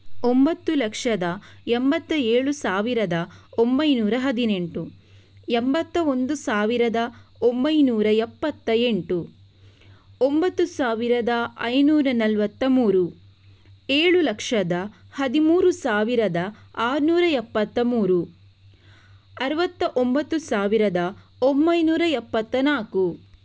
ಒಂಬತ್ತು ಲಕ್ಷದ ಎಂಬತ್ತ ಏಳು ಸಾವಿರದ ಒಂಬೈನೂರ ಹದಿನೆಂಟು ಎಂಬತ್ತ ಒಂದು ಸಾವಿರದ ಒಂಬೈನೂರ ಎಪ್ಪತ್ತ ಎಂಟು ಒಂಬತ್ತು ಸಾವಿರದ ಐನೂರ ನಲ್ವತ್ತ ಮೂರು ಏಳು ಲಕ್ಷದ ಹದಿಮೂರು ಸಾವಿರದ ಆರ್ನೂರ ಎಪ್ಪತ್ತ ಮೂರು ಅರುವತ್ತ ಒಂಬತ್ತು ಸಾವಿರದ ಒಂಬೈನೂರ ಎಪ್ಪತ್ತ ನಾಲ್ಕು